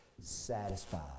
Satisfied